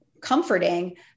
comforting